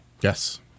Yes